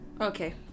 Okay